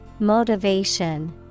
Motivation